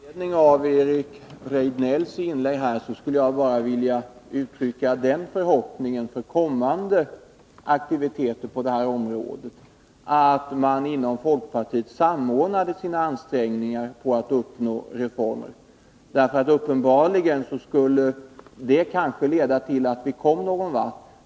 Herr talman! Med anledning av Eric Rejdnells inlägg vill jag bara uttrycka den förhoppningen för kommande aktiviteter på detta område att man inom folkpartiet samordnar sina ansträngningar för att uppnå reformer. Det skulle kanske leda till att vi kom någonvart.